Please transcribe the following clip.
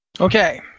Okay